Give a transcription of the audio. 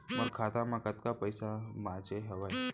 मोर खाता मा कतका पइसा बांचे हवय?